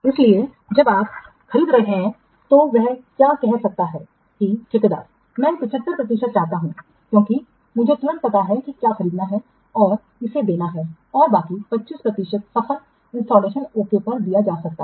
इसलिए जब आप आपको खरीद रहे हैं तो वह क्या कह सकता है कि ठेकेदार मैं 75 प्रतिशत चाहता हूं क्योंकि मुझे तुरंत पता है कि क्या खरीदना है और इसे देना है और बाकी 25 प्रतिशत सफल इंस्टॉलेशन ओके पर दिया जा सकता है